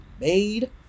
made